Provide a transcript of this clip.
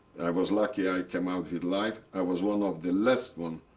i was lucky i came out with life. i was one of the last one.